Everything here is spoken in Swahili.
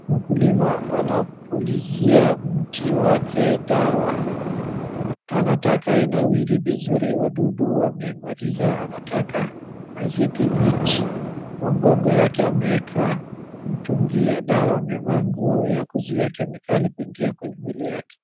Mkulima anapulizia mti wake dawa ,anataka inawiri vizuri ,wadudu wamemaliza anataka azidhibiti kwa mgogo wake ameeka mtungi wa dawa amevaa nguo ya kuzui kemikali kuingia kwenye mwili wake.